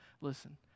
listen